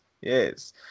yes